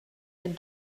den